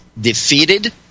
defeated